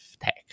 tech